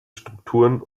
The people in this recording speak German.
strukturen